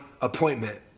appointment